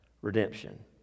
redemption